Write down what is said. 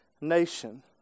nation